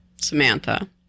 Samantha